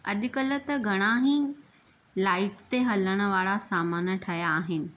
अॼुकल्ह त घणा ई लाईट ते हलण वारा सामान ठहिया आहिनि